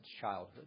childhood